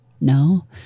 no